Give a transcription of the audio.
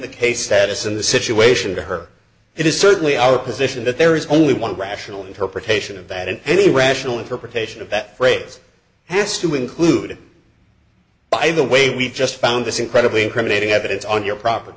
the case status and the situation to her it is certainly our position that there is only one rational interpretation of that and any rational interpretation of that phrase has to include by the way we just found this incredibly incriminating evidence on your property